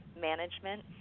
management